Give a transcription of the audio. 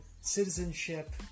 citizenship